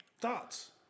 Thoughts